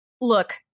Look